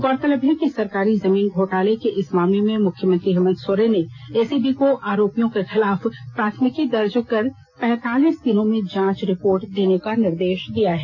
गौरतलब है कि सरकारी जमीन घोटाले के इस मामले में मुख्यमंत्री हेमन्त सोरेन ने एसीबी को आरोपियों के खिलाफ प्राथमिकी दर्ज कर पैंतालीस दिनों में जांच रिपोर्ट देने का निर्देश दिया है